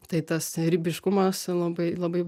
tai tas ribiškumas labai labai